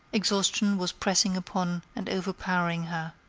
exhaustion was pressing upon and overpowering her.